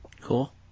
Cool